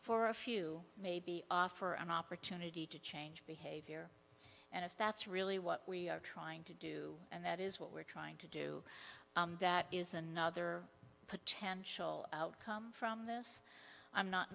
for a few maybe offer an opportunity to change behavior and if that's really what we are trying to do and that is what we're trying to do that is another potential outcome from this i'm not